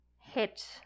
hit